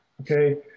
Okay